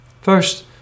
First